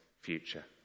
future